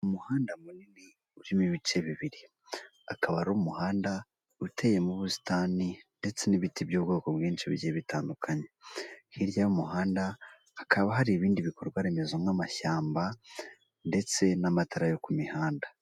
Umuhanda munini urimo ibice bibiri, ukaba ari umuhanda uteyemo busitani ndetse n'ibiti by'ubwoko bwinshi bigiye bitandukanye, hirya y'umuhanda hakaba hari ibindi bikorwa remezo nk'amashyamba ndetse n'amatara yo ku mihanda.